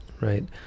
Right